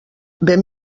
ben